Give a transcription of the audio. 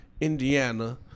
indiana